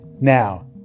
now